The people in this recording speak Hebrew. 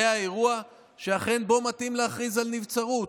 זה האירוע שבו אכן מתאים להכריז על נבצרות.